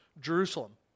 Jerusalem